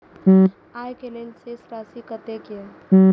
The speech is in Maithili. आय के लेल शेष राशि कतेक या?